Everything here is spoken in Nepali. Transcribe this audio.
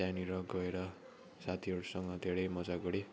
त्यहाँनिर गएर साथीहरूसँग धेरै मजा गरेँ